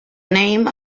name